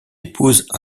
épouse